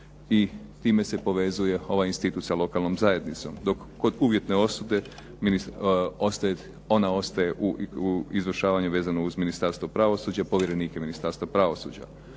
i time se povezuje ovaj institut sa lokalnom zajednicom, dok kod uvjetne osude ostaje ona ostaje u izvršavanju vezano uz Ministarstvo pravosuđa, povjerenike Ministarstva pravosuđa.